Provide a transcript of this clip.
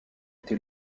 été